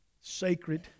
sacred